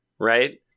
right